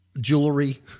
jewelry